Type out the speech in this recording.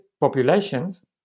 populations